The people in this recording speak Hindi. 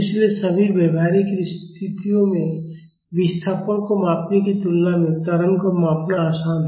इसलिए सभी व्यावहारिक स्थितियों में विस्थापन को मापने की तुलना में त्वरण को मापना आसान है